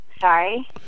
Sorry